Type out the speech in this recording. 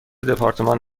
دپارتمان